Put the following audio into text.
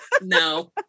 No